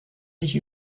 sich